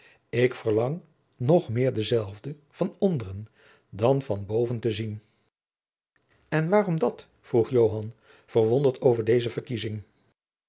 ik verlang nog meer denzelven van onderen dan van boven te zien en waarom dat vroeg joan verwonderd over deze verkiezing